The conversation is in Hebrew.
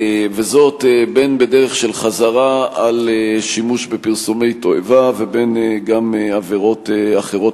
וזאת בין בדרך של חזרה על שימוש בפרסומי תועבה ובין גם עבירות אחרות,